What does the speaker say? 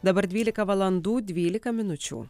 dabar dvylika valandų dvylika minučių